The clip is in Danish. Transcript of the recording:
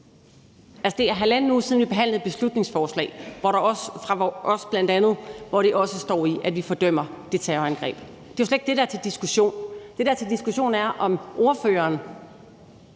Det er halvanden uge siden, vi behandlede et beslutningsforslag fra bl.a. os, hvor der også står, at vi fordømmer det terrorangreb. Det er jo slet ikke det, der er til diskussion. Det, der er til diskussion, er, om ordføreren